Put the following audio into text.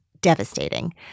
devastating